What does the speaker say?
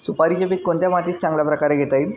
सुपारीचे पीक कोणत्या मातीत चांगल्या प्रकारे घेता येईल?